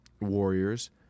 warriors